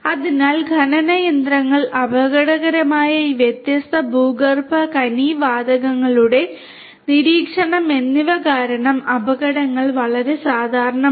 അതിനാൽ ഖനന യന്ത്രങ്ങൾ അപകടകരമായ ഈ വ്യത്യസ്ത ഭൂഗർഭ ഖനി വാതകങ്ങളുടെ നിരീക്ഷണം എന്നിവ കാരണം അപകടങ്ങൾ വളരെ സാധാരണമാണ്